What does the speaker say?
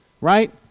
Right